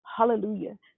hallelujah